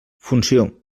funció